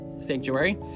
sanctuary